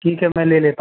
ठीक है मैं ले लेता हूं